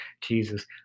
Jesus